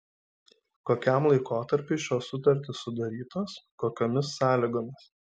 kokiam laikotarpiui šios sutartys sudarytos kokiomis sąlygomis